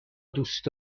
دوست